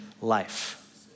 life